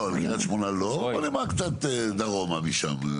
קריית שמונה לא, אבל קצת דרומה משם.